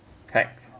tax